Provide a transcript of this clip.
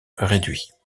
réduit